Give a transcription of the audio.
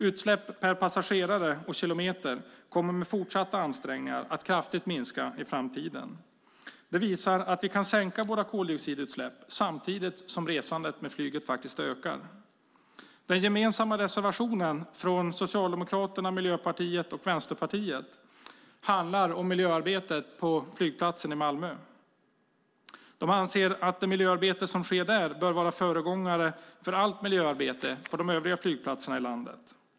Utsläpp per passagerare och kilometer kommer med fortsatta ansträngningar att kraftigt minska i framtiden. Detta visar att vi kan sänka våra koldioxidutsläpp samtidigt som resandet med flyget ökar. Den gemensamma reservationen från Socialdemokraterna, Miljöpartiet och Vänsterpartiet handlar om miljöarbetet på flygplatsen i Malmö. De anser att det miljöarbete som sker där bör vara föregångare för allt miljöarbete på de övriga flygplatserna i Sverige.